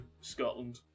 Scotland